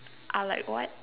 I like what